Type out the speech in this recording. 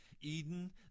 Eden